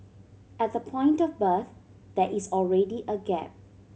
at the point of birth there is already a gap